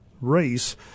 race